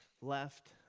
left